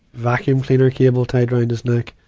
vacuum cleaner cable tied around his neck.